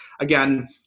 again